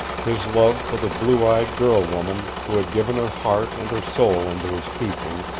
his love for the blue-eyed girl-woman who had given her heart and her soul into his keeping,